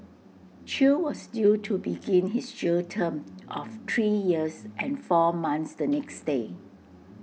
chew was due to begin his jail term of three years and four months the next day